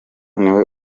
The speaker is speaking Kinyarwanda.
niwe